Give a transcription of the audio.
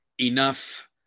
enough